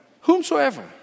whomsoever